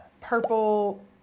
purple